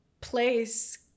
place